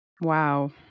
Wow